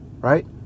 right